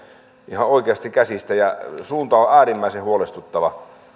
ihan oikeasti käsistä ja suunta on äärimmäisen huolestuttava